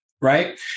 right